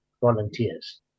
volunteers